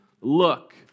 look